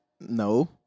No